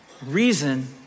Reason